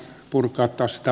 edustaja tölli